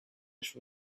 ash